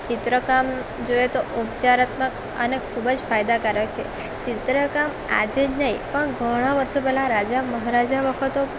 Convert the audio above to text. ચિત્રકામ જોઈએ તો ઉપચારાત્મક અને ખૂબ જ ફાયદાકારક છે ચિત્રકામ આજે જ નહીં પણ ઘણાં વર્ષો પહેલાં રાજા મહારાજા વખતો